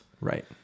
Right